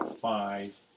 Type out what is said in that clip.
Five